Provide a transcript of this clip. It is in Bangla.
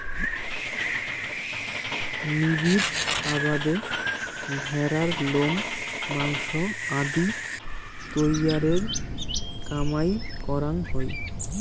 নিবিড় আবাদে ভ্যাড়ার লোম, মাংস আদি তৈয়ারের কামাই করাং হই